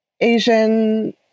Asian